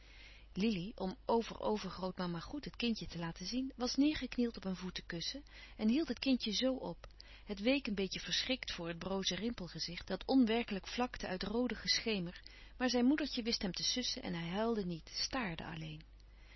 lili om over overgrootmama goed het kindje te laten zien was neêrgeknield op een voetekussen en hield het kindje zoo op het week een beetje verschrikt voor het broze rimpelgezicht dat onwerkelijk vlakte uit roodigen schemer maar zijn moedertje wist hem te sussen en hij huilde niet staarde alleen